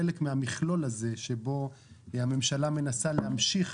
חלק מהמכלול הזה שבו הממשלה מנסה להמשיך